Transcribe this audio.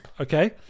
okay